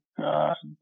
god